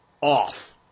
off